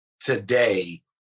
today